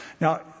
Now